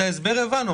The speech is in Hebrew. את ההסבר הבנו,